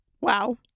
Wow